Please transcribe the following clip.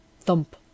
Thump